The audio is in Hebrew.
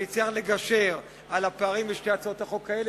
שהצליח לגשר על הפערים בשתי הצעות החוק האלה